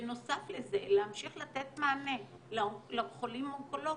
בנוסף לזה להמשיך לתת מענה לחולים האונקולוגים,